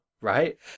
right